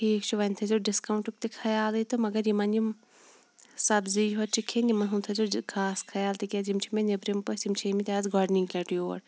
ٹھیٖک چھُ وۄنۍ تھٲے زیٚو ڈِسکَاونٹُک تہٕ خَیالی تہٕ مَگَر یِمَن یِم سَبزی یوت چھِ کھیٚن یِمَن ہُنٛد تھٲے زیٚو خاص خَیال تکیازِ یِم چھِ مےٚ نیٚبرِم پٔژھ یِم چھِ آمٕتۍ گۄڈنِک لَٹہِ یوڈ